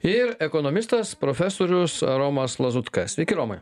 ir ekonomistas profesorius romas lazutka sveiki romai